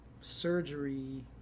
surgery